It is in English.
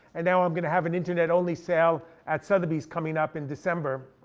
and now i'm gonna have an internet only sale at sotheby's coming up in december,